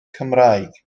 cymraeg